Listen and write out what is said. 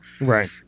Right